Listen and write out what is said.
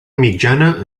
mitjana